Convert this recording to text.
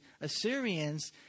Assyrians